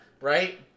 Right